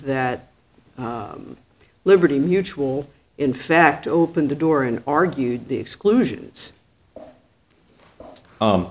that liberty mutual in fact opened the door and argued the exclusion